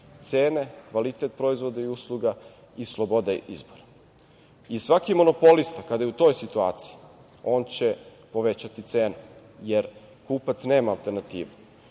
cene, kvalitet proizvoda i usluga i sloboda izbora. Svaki monopolista kada je u toj situaciji, on će povećati cene, jer kupac nema alternativu.